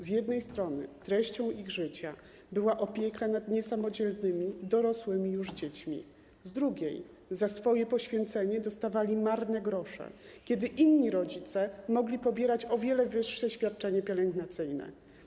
Z jednej strony treścią ich życia była opieka nad niesamodzielnymi, dorosłymi już dziećmi, z drugiej za swoje poświęcenie dostawali marne grosze, kiedy inni rodzice mogli pobierać o wiele wyższe świadczenia pielęgnacyjne.